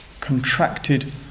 contracted